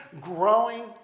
growing